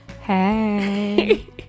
Hey